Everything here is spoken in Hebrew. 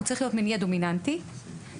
הוא צריך להיות מניע דומיננטי באירוע.